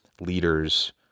leaders